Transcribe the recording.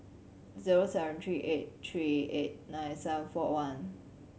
zero seven three eight three eight nine seven four one